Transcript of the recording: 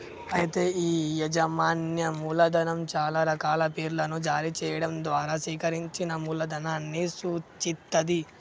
అయితే ఈ యాజమాన్యం మూలధనం చాలా రకాల పేర్లను జారీ చేయడం ద్వారా సేకరించిన మూలధనాన్ని సూచిత్తది